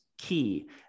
Key